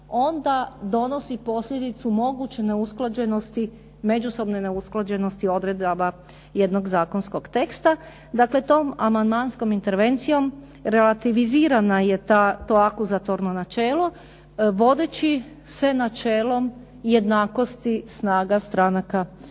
onda donosi posljedicu moguće neusklađenosti, međusobne neusklađenosti odredaba jednog zakonskog teksta. Dakle, tom amandmanskom intervencijom relativizirana je ta, to akuzatorno načelo vodeći se načelom jednakosti snaga, stranaka u